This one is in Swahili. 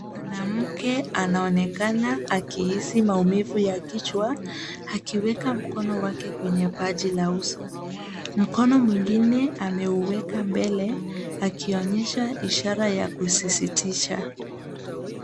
Mwanamke anaonekana akihisi maumivu ya kichwa akiweka mkono wake kwenye paji la uso. Mkono mwingine ameuweka mbele akionyesha ishara ya kusisitisha.